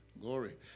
Glory